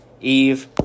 Eve